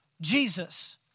Jesus